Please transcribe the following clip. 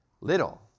little